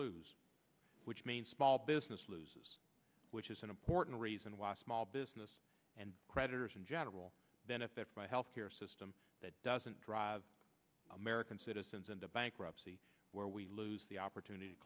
lose which means small business loses which is an important reason why small business and creditors in general benefits by health care system that doesn't drive american citizens into bankruptcy where we lose the opportunity to